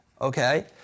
okay